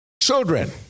Children